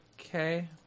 Okay